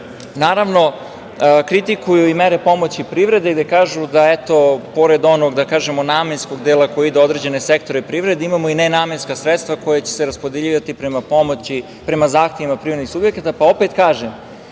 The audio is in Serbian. kritikuju i mere pomoći privredi, gde kažu da pored onog namenskog dela koji ide u određene sektore privrede imamo i nenamenska sredstva koja će se raspodeljivati prema zahtevima privrednih subjekata, pa opet kažem